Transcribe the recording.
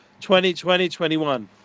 2020-21